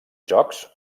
jocs